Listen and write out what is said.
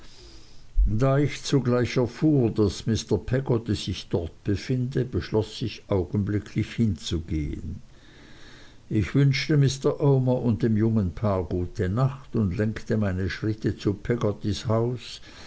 da ich zugleich erfuhr daß mr peggotty sich dort befinde beschloß ich augenblicklich hinzugehen ich wünschte mr omer und dem jungen paar gute nacht und lenkte meine schritte zu peggottys haus